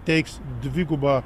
teiks dvigubą